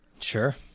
Sure